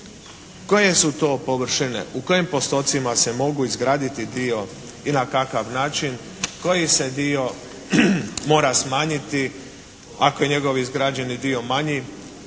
koje su to površine, u kojim postocima se mogu izgraditi dio i na kakav način, koji se dio mora smanjiti ako je njegov izgrađeni dio manji,